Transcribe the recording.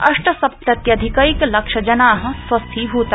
अष्टसप्तत्यधिकैक लक्षजना स्वस्थीभूता